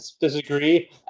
disagree